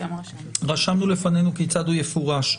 רשמנו לפנינו כיצד הוא יפורש,